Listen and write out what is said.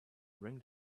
ring